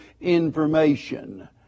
information